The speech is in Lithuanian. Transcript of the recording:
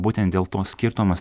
būtent dėl to skirtumas